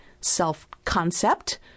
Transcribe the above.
self-concept